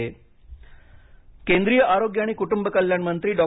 हर्ष वर्धन केंद्रीय आरोग्य आणि कुटुंब कल्याण मंत्री डॉ